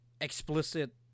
Explicit